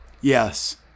Yes